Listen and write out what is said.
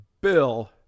Bill